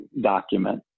document